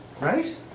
Right